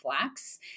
flex